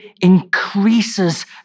increases